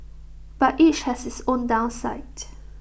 but each has its own downside